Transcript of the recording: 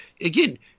again –